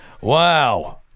Wow